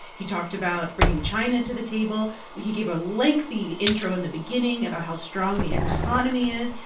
he talked about bringing china to the table he gave a lengthy intro in the beginning about how strong the economy is,